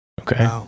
Okay